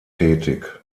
tätig